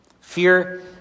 Fear